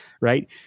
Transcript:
right